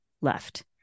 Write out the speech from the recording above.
left